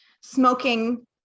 smoking